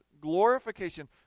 glorification